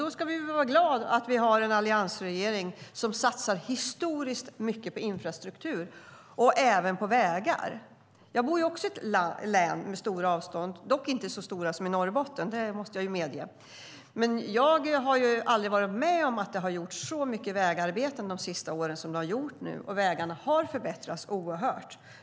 Då ska vi vara glada för att vi har en alliansregering som satsar historiskt mycket på infrastruktur och även på vägar. Jag bor också i ett län med stora avstånd, dock inte så stora som i Norrbotten, det måste jag medge. Men jag har aldrig varit med om att det har gjorts så mycket vägarbeten som under de senaste åren, och vägarna har förbättrats mycket.